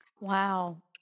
Wow